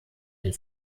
den